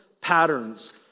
patterns